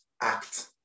act